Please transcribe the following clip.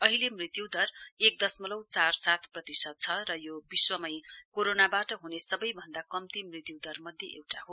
अहिले मृत्यु दर एक दशमलउ चार सात प्रतिशत छ र यो विश्वमै कोरोनावाट हुने सवैभन्दा कम्ती मृत्युदर मध्ये एउटा हो